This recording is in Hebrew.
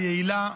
היעילה,